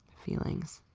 feelings.